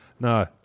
No